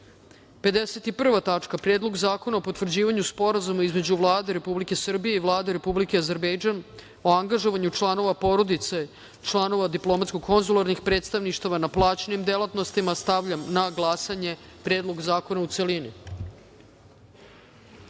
reda - Predlog zakona o potvrđivanju Sporazuma između Vlade Republike Srbije i Vlade Republike Azerbejdžan o angažovanju članova porodice članova diplomatsko-konzularnih predstavništava na plaćenim delatnostima. Stavljam na glasanje Predlog zakona u